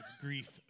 grief